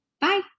Bye